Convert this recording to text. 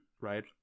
right